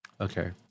Okay